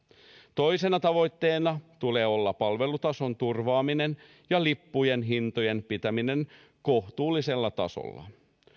toisena tavoitteena tulee olla palvelutason turvaaminen ja lippujen hintojen pitäminen kohtuullisella tasolla